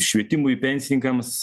švietimui pensininkams